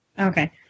Okay